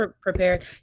prepared